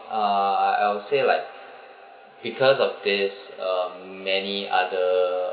uh I I would say like because of this um many other